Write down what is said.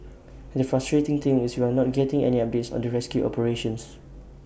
and the frustrating thing is we are not getting any updates on the rescue operations